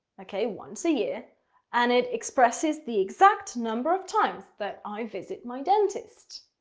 okay. once a year and it expresses the exact number of times that i visit my dentist.